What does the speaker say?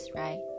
right